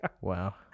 Wow